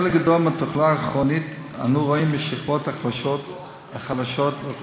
חלק גדול מהתחלואה הכרונית אנו רואים בשכבות החלשות באוכלוסייה.